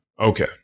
Okay